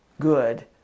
good